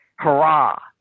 hurrah